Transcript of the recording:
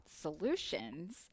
solutions